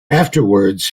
afterwards